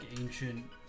ancient